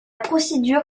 procédure